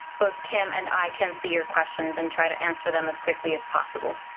both kim and i can see your questions and try to answer them as quickly as possible.